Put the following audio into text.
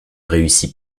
réussit